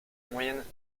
moyenne